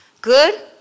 Good